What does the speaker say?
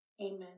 Amen